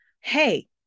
hey